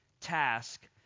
task